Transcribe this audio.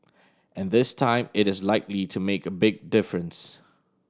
and this time it is likely to make a big difference